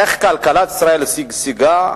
איך כלכלת ישראל שגשגה,